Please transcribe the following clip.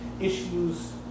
issues